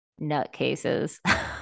nutcases